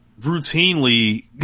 routinely